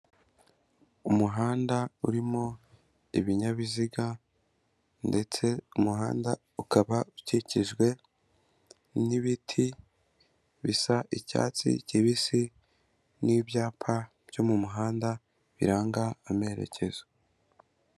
Umuhanda urimo ibinyabiziga ndetse umuhanda ukaba ukikijwe n'ibiti, bisa icyatsi kibisi n'ibyapa byo mu muhanda biranga amerekezo.